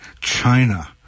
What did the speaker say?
China